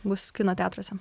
bus kino teatruose